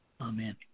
Amen